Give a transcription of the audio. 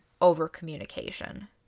over-communication